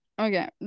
Okay